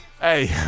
Hey